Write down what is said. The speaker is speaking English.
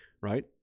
right